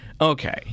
Okay